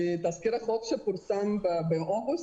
תזכיר החוק שפורסם באוגוסט?